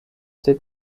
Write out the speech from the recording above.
did